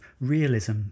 realism